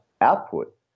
output